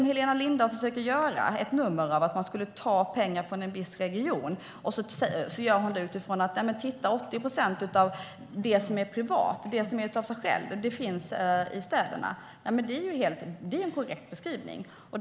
Helena Lindahl försöker göra ett nummer av att man skulle ta pengar från en viss region. Hon säger att 80 procent av det som är privat finns i städerna, vilket är en korrekt beskrivning.